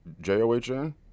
j-o-h-n